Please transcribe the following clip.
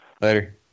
Later